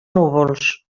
núvols